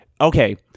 okay